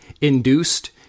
induced